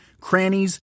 crannies